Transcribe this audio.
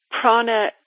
prana